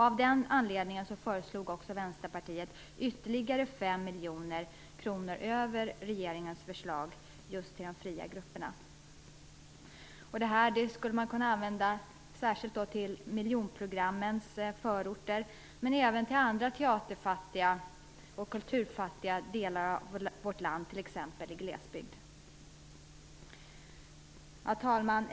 Av den anledningen föreslog Vänsterpartiet ytterligare 5 miljoner kronor över regeringens förslag just till de fria grupperna. Det skulle man kunna använda särskilt till miljonprogrammens förorter, men även till andra teaterfattiga och kulturfattiga delar av vårt land, t.ex. i glesbygd.